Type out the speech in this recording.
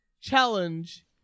challenge